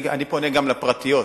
אני פונה גם לפרטיות,